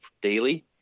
daily